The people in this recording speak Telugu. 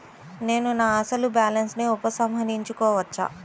నేను నా అసలు బాలన్స్ ని ఉపసంహరించుకోవచ్చా?